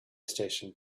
station